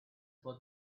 for